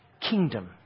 kingdom